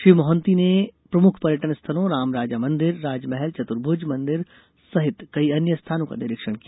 श्री मोहंती ने प्रमुख पर्यटन स्थलों रामराजा मंदिर राजमहल चतुरभुज मंदिर सहित कई अन्य स्थानों का निरीक्षण किया